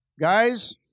Guys